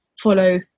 follow